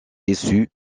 issu